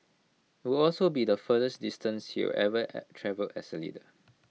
IT would also be the furthest distance he will have ever travelled as leader